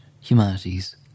humanities